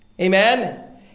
Amen